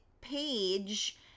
page